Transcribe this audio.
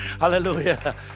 Hallelujah